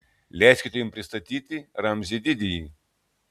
leiskite jums pristatyti ramzį didįjį